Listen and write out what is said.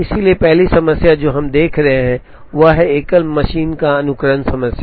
इसलिए पहली समस्या जो हम देख रहे हैं वह है एकल मशीन अनुक्रमण समस्या